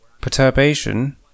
Perturbation